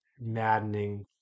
maddening